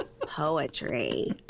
poetry